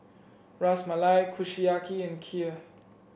Ras Malai Kushiyaki and Kheer